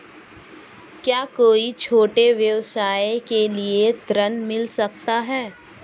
क्या कोई छोटे व्यवसाय के लिए ऋण मिल सकता है?